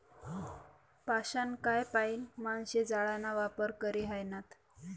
पाषाणकाय पाईन माणशे जाळाना वापर करी ह्रायनात